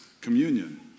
communion